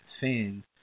fans